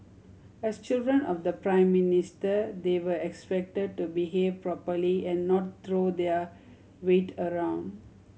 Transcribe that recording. as children of the Prime Minister they were expected to behave properly and not throw their weight around